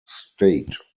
state